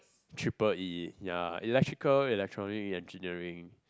triple E ya electrical electronic engineering